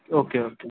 okay okay